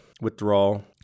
withdrawal